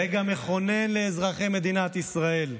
רגע מכונן לאזרחי מדינת ישראל.